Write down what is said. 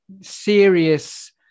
serious